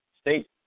state